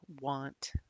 want